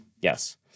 Yes